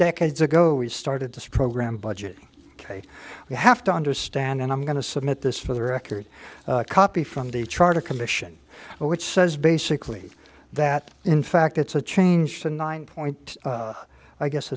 decades ago we started this program budget you have to understand and i'm going to submit this for the record copy from the charter commission which says basically that in fact it's a change to nine point i guess